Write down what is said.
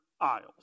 Isles